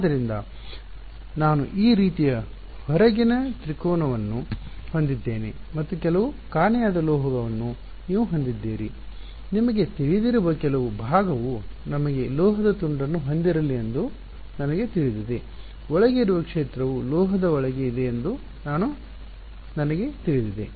ಆದ್ದರಿಂದ ನಾನು ಈ ರೀತಿಯ ಹೊರಗಿನ ತ್ರಿಕೋನವನ್ನು ಹೊಂದಿದ್ದೇನೆ ಮತ್ತು ಕೆಲವು ಕಾಣೆಯಾದ ಲೋಹವನ್ನು ನೀವು ಹೊಂದಿದ್ದೀರಿ ನಿಮಗೆ ತಿಳಿದಿರುವ ಕೆಲವು ಭಾಗವು ನಮಗೆ ಲೋಹದ ತುಂಡನ್ನು ಹೊಂದಿರಲಿ ಎಂದು ನನಗೆ ತಿಳಿದಿದೆ ಒಳಗೆ ಇರುವ ಕ್ಷೇತ್ರವು ಲೋಹದ ಒಳಗೆ ಇದೆ ಎಂದು ನನಗೆ ತಿಳಿದಿದೆ